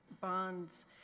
bonds